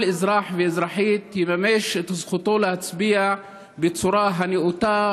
אזרח ואזרחית יממשו את זכותם להצביע בצורה הנאותה,